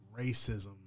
racism